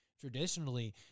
traditionally